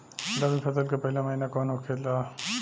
रबी फसल के पहिला महिना कौन होखे ला?